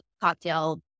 cocktail